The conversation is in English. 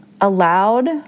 allowed